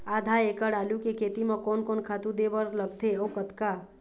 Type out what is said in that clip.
आधा एकड़ आलू के खेती म कोन कोन खातू दे बर लगथे अऊ कतका?